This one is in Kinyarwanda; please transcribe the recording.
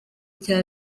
cya